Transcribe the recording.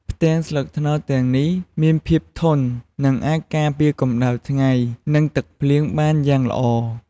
ផ្ទាំងស្លឹកត្នោតទាំងនេះមានភាពធន់ និងអាចការពារកម្ដៅថ្ងៃ និងទឹកភ្លៀងបានយ៉ាងល្អ។